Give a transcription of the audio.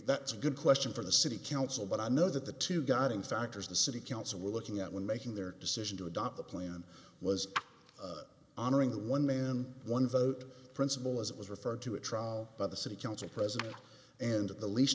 that's a good question for the city council but i know that the two guiding factors the city council were looking at when making their decision to adopt the plan was honoring the one man one vote principle as it was referred to a trial by the city council president and at the least